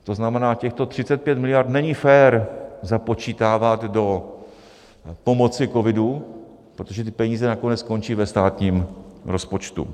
To znamená, těchto 35 miliard není fér započítávat do pomoci covidu, protože ty peníze nakonec skončí ve státním rozpočtu.